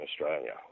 Australia